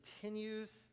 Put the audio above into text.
continues